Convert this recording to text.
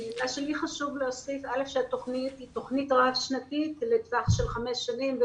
מה שלי חשוב להוסיף זה שהתוכנית היא תוכנית רב-שנתית לטווח של חמש שנים.